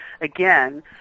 again